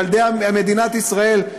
ילדי מדינת ישראל,